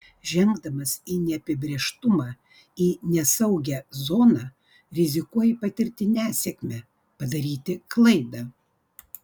žengdamas į neapibrėžtumą į nesaugią zoną rizikuoji patirti nesėkmę padaryti klaidą